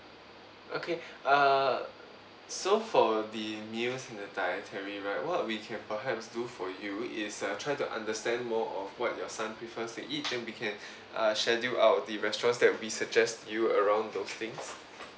okay err so for the meals and the dietary right what we can perhaps do for you is uh try to understand more of what your son prefers to eat than we can err schedule out of the restaurants that we suggest you around those things